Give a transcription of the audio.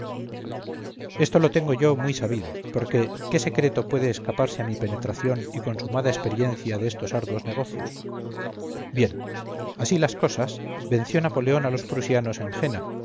esto lo tengo yo muy sabido porque qué secreto puede escaparse a mi penetración y consumada experiencia de estos arduos negocios bien así las cosas venció napoleón a los prusianos en jena